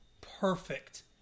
perfect